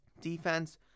defense